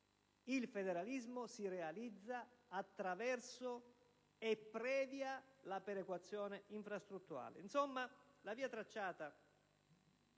il federalismo si realizza attraverso e previa la perequazione infrastrutturale.